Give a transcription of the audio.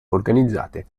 organizzate